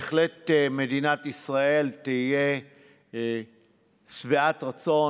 בהחלט מדינת ישראל תהיה שבעת רצון,